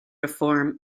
reform